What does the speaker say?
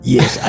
Yes